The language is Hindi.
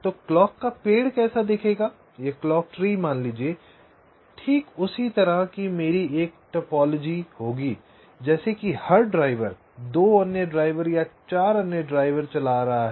तो क्लॉक का पेड़ कैसा दिखेगा ठीक उसी तरह की मेरी मेरी टोपोलॉजी होगी जैसे कि हर ड्राइवर 2 अन्य ड्राइवर या 4 अन्य ड्राइवर चला रहा है